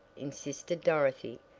insisted dorothy,